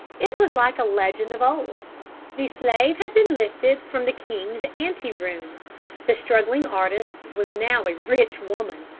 it was like a legend of old the slave had been lifted from the king's anteroom the struggling artist was now a rich woman.